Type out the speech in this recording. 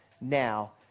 now